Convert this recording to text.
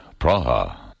Praha